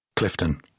Clifton